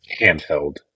handheld